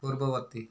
ପୂର୍ବବର୍ତ୍ତୀ